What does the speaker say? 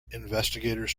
investigators